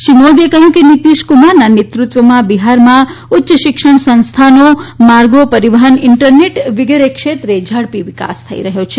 શ્રી મોદીએ કહયું કે નીતીશકુમાર ના નેતૃત્વમાં બિહારમાં ઉચ્ચ શિક્ષણ સંસ્થઓ માર્ગો પરીવહન ઇન્ટરનેટ વિગેરે ક્ષેત્રે ઝડપી વિકાસ થઇ રહ્યો છે